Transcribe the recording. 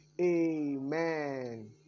Amen